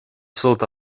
sult